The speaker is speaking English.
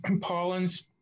pollens